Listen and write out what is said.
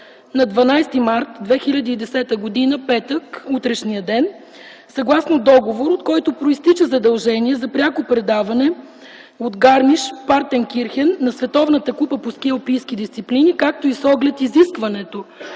на 12 март 2010 г., петък, утрешния ден, съгласно договор, от който произтича задължение за пряко предаване от Гармиш-Партенкирхен на Световната купа по ски алпийски дисциплини, както и с оглед изискването